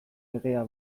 legea